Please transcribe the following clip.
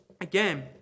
Again